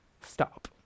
Stop